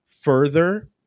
Further